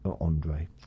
andre